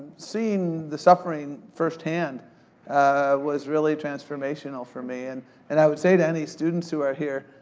seeing the suffering firsthand was really transformational for me. and and i would say to any students who are here,